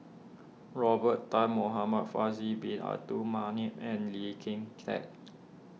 Robert Tan Muhamad Faisal Bin Abdul Manap and Lee Kin Tat